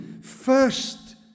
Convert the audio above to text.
first